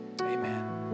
Amen